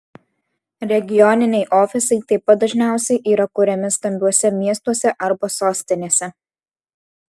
regioniniai ofisai taip pat dažniausiai yra kuriami stambiuose miestuose arba sostinėse